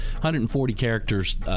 140-characters